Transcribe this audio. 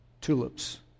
tulips